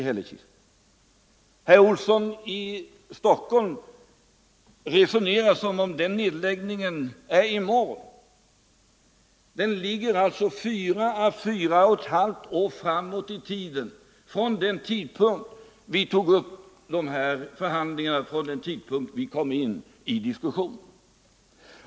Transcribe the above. Herr Olsson i Stockholm resonerar som om den nedläggningen sker i morgon, men den ligger alltså fyra å fyra och ett halvt år framåt i tiden från den tidpunkt då vi kom in i diskussionen.